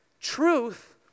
truth